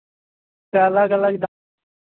से अलग अलग दाम